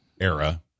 era